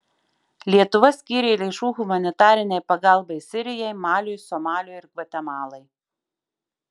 lietuva skyrė lėšų humanitarinei pagalbai sirijai maliui somaliui ir gvatemalai